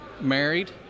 Married